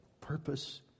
purpose